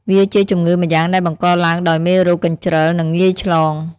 វាជាជម្ងឺម្យ៉ាងដែលបង្កឡើងដោយមេរោគកញ្ជ្រឹល និងងាយឆ្លង។